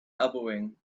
elbowing